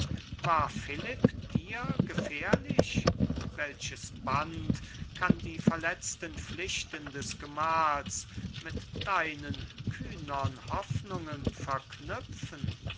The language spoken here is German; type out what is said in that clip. war philipp dir gefährlich welches band kann die verletzten pflichten des gemahls mit deinen kühnern hoffnungen verknüpfen